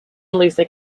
luther